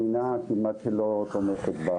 אני עדיין חוזרת על התהליך של קליטה.